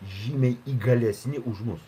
žymiai įgalesni už mus